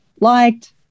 liked